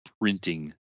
printing